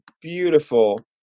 beautiful